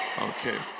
Okay